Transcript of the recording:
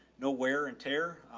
no wear and tear.